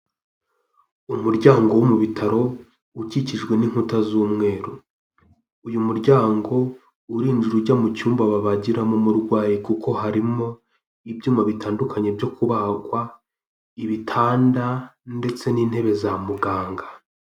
Umuryango wo mu bitaro ukikijwe n'inkuta z'umweru, uyu muryango urinjira ujya mu cyumba babagiramo umurwayi kuko harimo ibyuma bitandukanye byo kubagwa, ibitanda ndetse n'intebe za muganga.